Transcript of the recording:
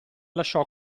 lasciò